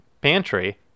pantry